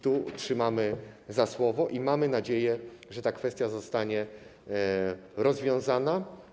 Trzymamy za słowo i mamy nadzieję, że ta kwestia zostanie rozwiązana.